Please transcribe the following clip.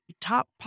top